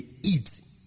eat